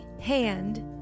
hand